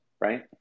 Right